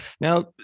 Now